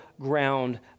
ground